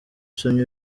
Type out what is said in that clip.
usomye